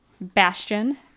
Bastion